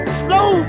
slow